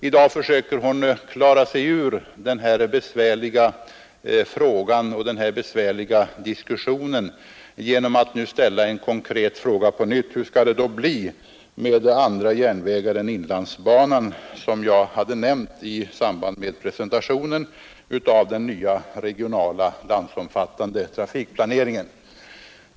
I dag försöker hon klara sig ur denna besvärliga fråga och denna besvärliga diskussion genom att ställa en konkret fråga på nytt: Hur skall det bli med andra järnvägar än inlandsbanan som jag nämnde i samband med presentationen av den nya regionala landsomfattande trafikplaneringen?